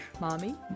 Mommy